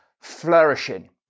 flourishing